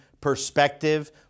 perspective